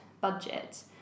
budget